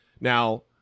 now